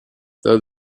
though